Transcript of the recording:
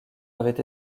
avait